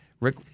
Rick